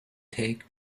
take